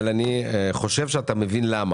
אבל אני חושב שאתה מבין למה.